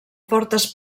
fortes